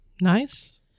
Nice